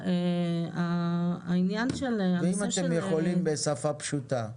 אם אתם יכולים, בשפה פשוטה.